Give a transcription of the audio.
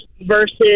versus